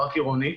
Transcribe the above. רק עירונית,